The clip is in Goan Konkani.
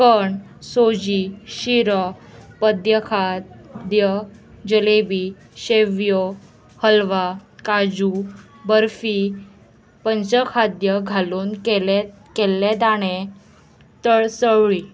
कण्ण सोजी शिरो पद्य खाद्य जलेबी शेव्यो हलवा काजू बर्फी पंच खाद्य घालून केले केल्ले दाणें तळसवळी